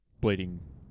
bleeding